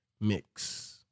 mix